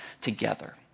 together